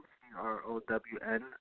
C-R-O-W-N